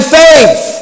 faith